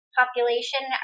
population